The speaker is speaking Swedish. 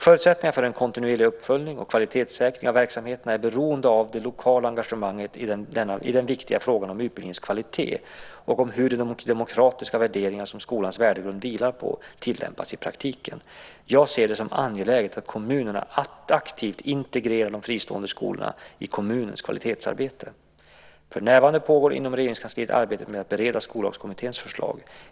Förutsättningarna för en kontinuerlig uppföljning och kvalitetssäkring av verksamheten är beroende av det lokala engagemanget i den viktiga frågan om utbildningens kvalitet och om hur de demokratiska värderingar som skolans värdegrund vilar på tillämpas i praktiken. Jag ser det som angeläget att kommunerna aktivt integrerar de fristående skolorna i kommunens kvalitetsarbete. För närvarande pågår inom Regeringskansliet arbetet med att bereda Skollagskommitténs förslag.